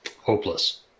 Hopeless